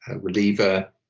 reliever